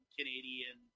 Canadian